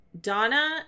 Donna